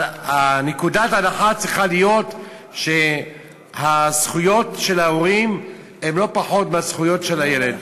אבל ההנחה צריכה להיות שהזכויות של ההורים הן לא פחות מזכויות הילד.